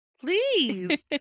Please